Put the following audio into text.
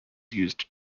used